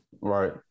Right